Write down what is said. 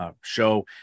show